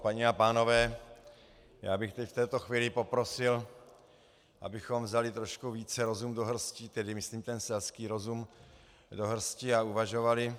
Paní a pánové, já bych v této chvíli poprosil, abychom vzali trošku více rozum do hrsti, myslím ten selský rozum, a uvažovali.